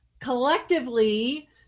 collectively